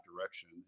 direction